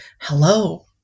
hello